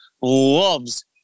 loves